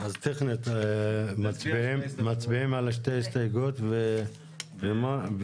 אז טכנית, מצביעים על שתי ההסתייגויות ואז מה?